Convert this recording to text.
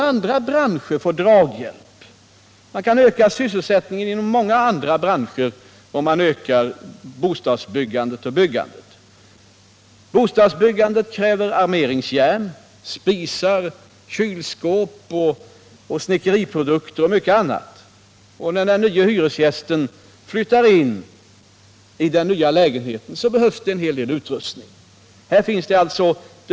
Och man kan öka sysselsättningen i många andra branscher om man ökar byggandet. Bostadsbyggande kräver armeringsjärn, spisar, kylskåp, snickeriprodukter och mycket annat. Och när den nya hyresgästen flyttar in i den nya lägenheten behövs en hel del utrustning.